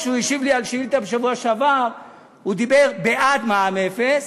כשהוא השיב לי על שאילתה בשבוע שעבר הוא דיבר בעד מע"מ אפס,